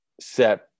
set